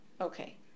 Okay